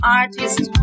artist